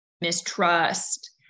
mistrust